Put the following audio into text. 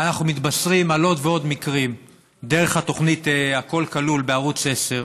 אנחנו מתבשרים על עוד ועוד מקרים דרך התוכנית הכול כלול בערוץ 10,